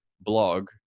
blog